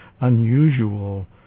unusual